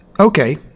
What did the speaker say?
okay